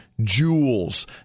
jewels